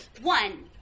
One